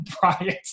Bryant